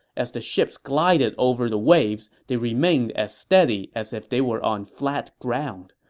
as the ships glided over the waves, they remained as steady as if they were on flat ground.